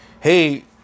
hey